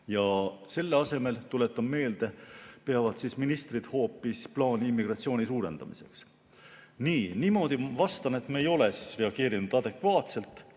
on. Selle asemel, tuletan meelde, peavad ministrid hoopis plaani immigratsiooni suurendamiseks. Nii. Vastan, et me ei ole reageerinud adekvaatselt.